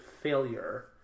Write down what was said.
failure